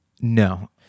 No